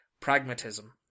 pragmatism